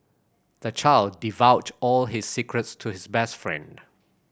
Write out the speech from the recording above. the child divulged all his secrets to his best friend